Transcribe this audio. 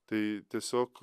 tai tiesiog